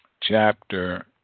chapter